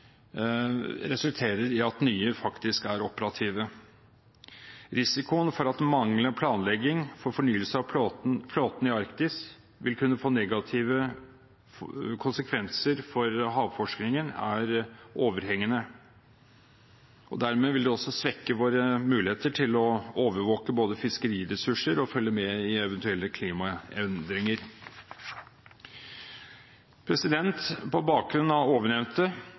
og til de nye faktisk er operative. Risikoen for at en manglende planlegging for fornyelse av flåten i Arktis vil kunne få negative konsekvenser for havforskningen, er overhengende, og dermed vil det også svekke våre muligheter til både å overvåke fiskeriressurser og å følge med i eventuelle klimaendringer. På bakgrunn av